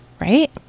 right